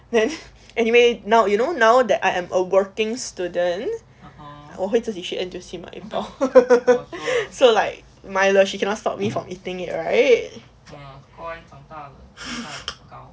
then anyway now you know now that I am a working student 我会自己去 N_T_U_C 买一包:mai yi baoo so like 买了 she cannot stop me from eating it right